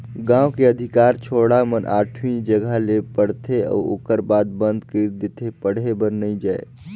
गांव के अधिकार छौड़ा मन आठवी जघा ले पढ़थे अउ ओखर बाद बंद कइर देथे पढ़े बर नइ जायें